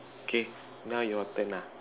okay now your turn ah